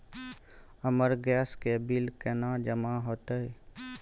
हमर गैस के बिल केना जमा होते?